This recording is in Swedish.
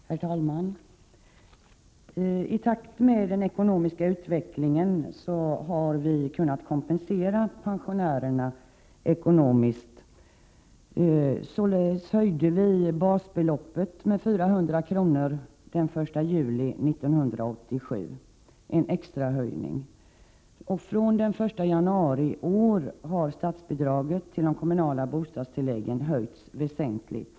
Herr talman! I takt med den ekonomiska utvecklingen har vi kunnat kompensera pensionärerna ekonomiskt. Således höjdes basbeloppet med 400 kr. den 1 juli 1987 i en extrahöjning, och den 1 januari i år höjdes statsbidraget till det kommunala bostadstillägget väsentligt.